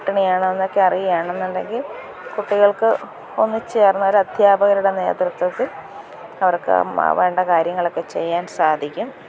പട്ടിണിയാണോ എന്നൊക്കെ അറിയുകയാണെന്നുണ്ടെങ്കിൽ കുട്ടികൾക്ക് ഒന്ന് ചേർന്ന് അവർ അധ്യാപകരുടെ നേതൃത്വത്തിൽ അവർക്ക് വേണ്ട കാര്യങ്ങളൊക്കെ ചെയ്യാൻ സാധിക്കും